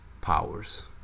Powers